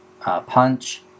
punch